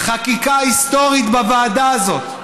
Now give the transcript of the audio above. חקיקה היסטורית בוועדה הזאת,